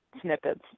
snippets